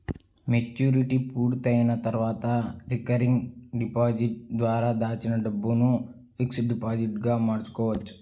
maturity పూర్తయిన తర్వాత recurring deposit ద్వారా దాచిన డబ్బును ఫిక్స్డ్ డిపాజిట్ గా మార్చుకోవచ్చు